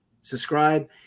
subscribe